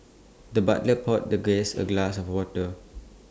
the butler poured the guest A glass of water